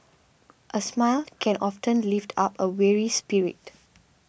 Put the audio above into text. a smile can often lift up a weary spirit